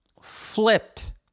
flipped